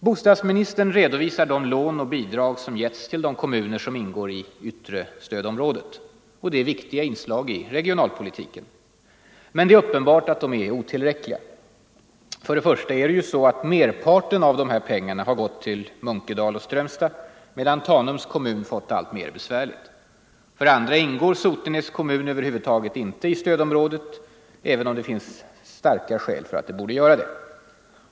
Bostadsministern redovisar de lån och bidrag som getts till de kommuner som ingår i yttre stödområdet. Det är viktiga inslag i regionalpolitiken. Men det är uppenbart att de är otillräckliga. För det första är det så att merparten av de här pengarna har gått till Munkedal och Strömstad, medan Tanums kommun fått det alltmera besvärligt. För det andra ingår Sotenäs kommun över huvud taget inte i stödområdet även om det finns stårka skäl för att den borde göra det.